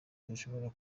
dushobora